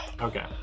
Okay